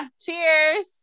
cheers